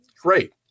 great